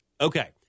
Okay